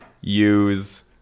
use